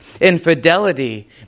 infidelity